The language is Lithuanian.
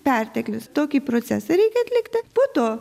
perteklius tokį procesą reikia atlikti po to